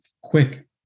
quick